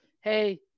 hey